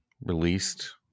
released